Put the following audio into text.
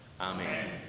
Amen